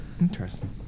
Interesting